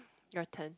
your turn